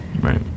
Right